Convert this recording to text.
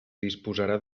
disposarà